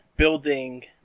Building